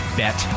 bet